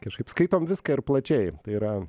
kažkaip skaitom viską ir plačiai tai yra